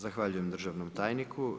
Zahvaljujem državnom tajniku.